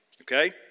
okay